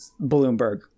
Bloomberg